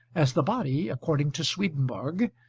as the body, according to swedenborg,